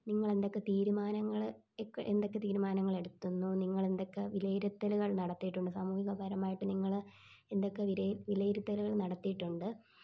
നിങ്ങൾ എന്തൊക്കെ തീരുമാനങ്ങള് എന്തൊക്കെ തീരുമാനങ്ങൾ എടുത്തു നിങ്ങൾ എന്തൊക്കെ വിലയിരുത്തലുകൾ നടത്തിയിട്ടുണ്ട് സാമൂഹികപരമായിട്ട് നിങ്ങൾ എന്തൊക്കെ വിര വിലയിരുത്തലുകൾ നടത്തിയിട്ടുണ്ട്